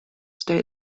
stay